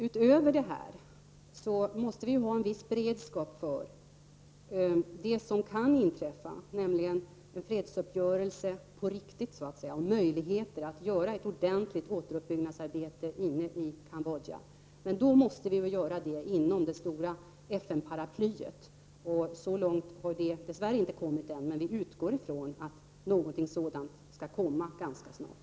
Utöver detta måste vi ha en viss beredskap för det som kan inträffa, nämligen en fredsuppgörelse ''på riktigt'', och vi måste ha möjligheter till ett ordentligt återuppbyggnadsarbete inne i Cambodja. Detta måste emellertid göras inom det stora ''FN-paraplyet'', och så långt har det hela dess värre inte kommit ännu. Men vi utgår från att någonting sådant skall komma ganska snart.